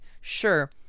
sure